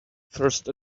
first